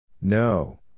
No